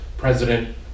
president